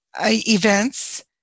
events